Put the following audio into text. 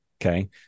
Okay